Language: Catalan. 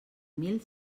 mil